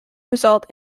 result